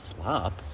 Slop